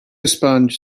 sponge